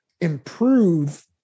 improve